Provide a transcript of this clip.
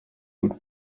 would